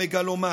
המגלומן.